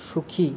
সুখী